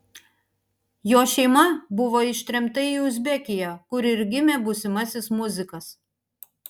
jo šeima buvo ištremta į uzbekiją kur ir gimė būsimasis muzikas